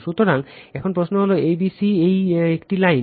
সুতরাং এখন প্রশ্ন হল a b c এটি একটি লাইন